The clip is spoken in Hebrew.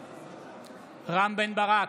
בעד רם בן ברק,